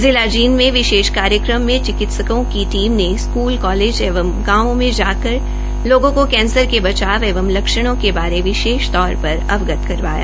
जिला जींद में विशेष कार्यक्रम में चिकित्सकों की टीम ने स्कूल कालेज एवं गांवों मे जाकर लोगों को कैंसर के बचाव एवं लक्ष्णों के बारे विशेष तौर पर अवगत करवाया